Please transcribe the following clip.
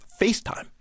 FaceTime